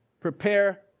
prepare